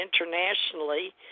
internationally